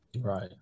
right